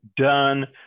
done